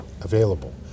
available